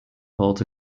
holds